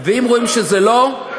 אם רואים שזה לא,